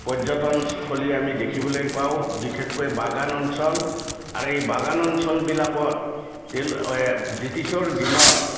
পৰ্যটন স্থলী আমি দেখিবলৈ পাওঁ বিশেষকৈ বাগান অঞ্চল আৰু এই বাগান অঞ্চলবিলাকত বৃটিছৰ দিনত